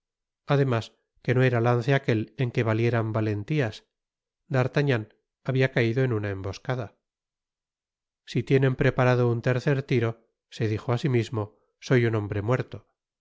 además que no era lance aquel en que valieran valentías d'artagnan habia caido en una emboscada content from google book search generated at si tienen preparado un tercer tiro se dijo á sí mismo soy un hombre muerto